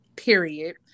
period